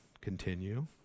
continue